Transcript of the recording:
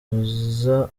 uza